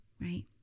right